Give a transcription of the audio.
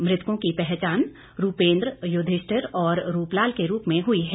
मृतकों की पहचान रूपेंद्र युधिष्ठिर और रूपलाल के रूप में हुई है